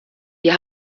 wir